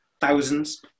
thousands